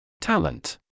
Talent